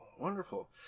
wonderful